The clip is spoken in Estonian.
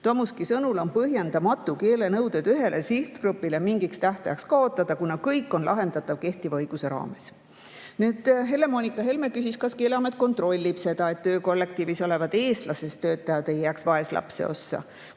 Tomuski sõnul on põhjendamatu keelenõuded ühele sihtgrupile mingiks tähtajaks kaotada, kuna kõik on lahendatav kehtiva õiguse raames. Helle-Moonika Helme küsis, kas Keeleamet kontrollib seda, et töökollektiivis olevad eestlastest töötajad ei jääks vaeslapse ossa,